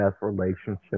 relationship